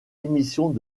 émissions